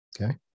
Okay